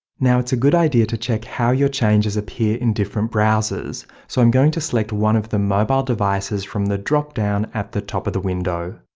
now it's a good idea to check how your changes appear in different browsers, browsers, so i'm going to select one of the mobile devices from the drop-down at the top of the window,